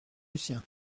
lucien